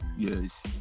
Yes